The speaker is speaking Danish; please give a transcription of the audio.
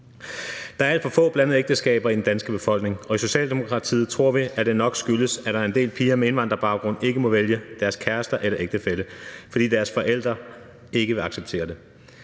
Der er alt for få blandede ægteskaber i den danske befolkning, og i Socialdemokratiet tror vi, at det nok skyldes, at en del piger med indvandrerbaggrund ikke må vælge deres kæreste eller ægtefælle, fordi deres forældre ikke vil acceptere det.